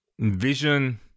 envision